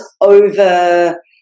over